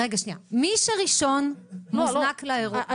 מי שראשון מוזנק לאירוע.